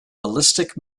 ballistic